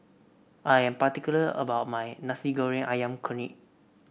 I am particular about my Nasi Goreng ayam kunyit